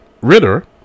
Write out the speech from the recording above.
Ritter